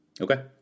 Okay